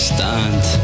Stand